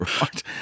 Right